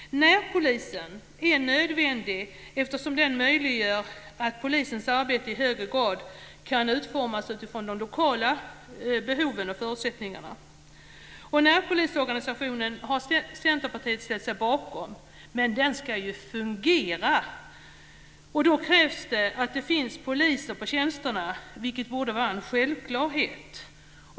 Närpolisen är nödvändig eftersom den möjliggör att polisens arbete i högre grad kan utformas utifrån de lokala behoven och förutsättningarna. Centerpartiet har ställt sig bakom närpolisorganisationen. Men den ska ju fungera, och då krävs det att det finns poliser på tjänsterna, vilket borde vara en självklarhet.